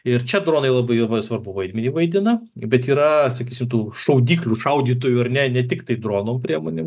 ir čia dronai labai svarbų vaidmenį vaidina bet yra sakysim tų šaudyklių šaudytojų ar ne tiktai dronų priemonėm